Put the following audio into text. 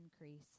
increase